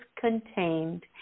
contained